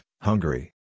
Hungary